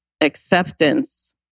acceptance